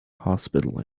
hospital